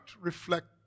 reflect